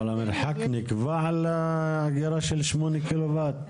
אבל המרחק נקבע על האגירה של 8 קילו וואט?